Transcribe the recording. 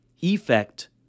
effect